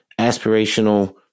aspirational